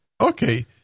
Okay